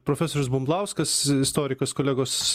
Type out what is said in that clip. profesorius bumblauskas istorikas kolegos